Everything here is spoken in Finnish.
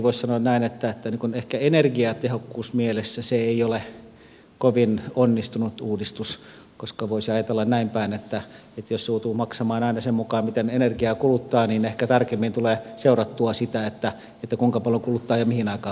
voisi sanoa näin että ehkä energiatehokkuusmielessä se ei ole kovin onnistunut uudistus koska voisi ajatella näin päin että jos joutuu maksamaan aina sen mukaan miten energiaa kuluttaa niin ehkä tarkemmin tulee seurattua sitä kuinka paljon kuluttaa ja mihin aikaan vuodesta